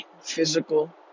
physical